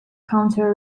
counter